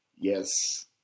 Yes